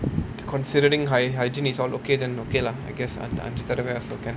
considering hy~ hygiene is all okay then okay lah I guess அஞ்சு தடவ:anju thadava